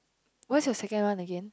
what's your second one again